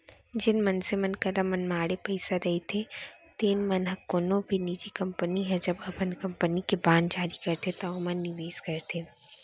जेन मनसे मन करा मनमाड़े पइसा रहिथे तेन मन ह कोनो भी निजी कंपनी ह जब अपन कंपनी के बांड जारी करथे त ओमा निवेस करथे